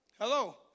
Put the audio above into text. Hello